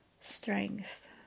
strength